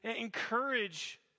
encourage